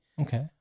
Okay